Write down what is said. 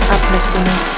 Uplifting